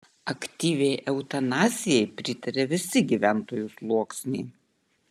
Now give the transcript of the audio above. aktyviai eutanazijai pritaria visi gyventojų sluoksniai